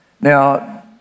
Now